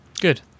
Good